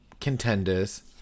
contenders